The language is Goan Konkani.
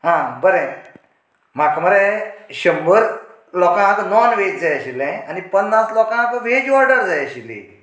हां बरें म्हाका मरे शंबर लोकांक नाॅन वेज जाय आशिल्लें आनी पन्नास लोकांक वेज ऑर्डर जाय आशिल्ली